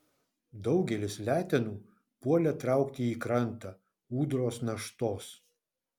daugelis letenų puolė traukti į krantą ūdros naštos